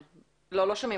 כמו שרועי אמר וקודמיו,